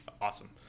awesome